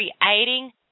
creating